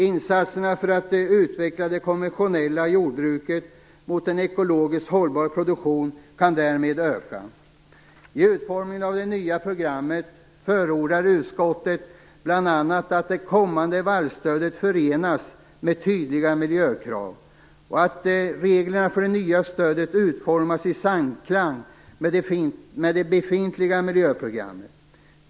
Insatserna för att utveckla det konventionella jordbruket mot en ekologiskt hållbar produktion kan därmed öka. I utformningen av det nya programmet förordar utskottet bl.a. att det kommande vallstödet förenas med tydliga miljökrav och att reglerna för det nya stödet utformas i samklang med det befintliga miljöprogrammet.